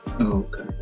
Okay